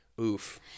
Oof